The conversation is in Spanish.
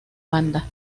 banda